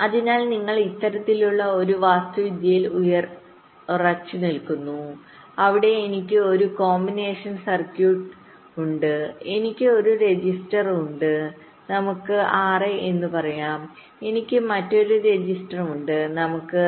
അതിനാൽ നിങ്ങൾ ഇത്തരത്തിലുള്ള ഒരു വാസ്തുവിദ്യയിൽ ഉറച്ചുനിൽക്കുന്നു അവിടെ എനിക്ക് ഒരു കോമ്പിനേഷണൽ സർക്യൂട്ട് ഉണ്ട് എനിക്ക് ഒരു രജിസ്റ്റർ ഉണ്ട് നമുക്ക് Ri എന്ന് പറയാം എനിക്ക് മറ്റൊരു രജിസ്റ്റർ ഉണ്ട് നമുക്ക് Ri1